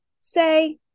say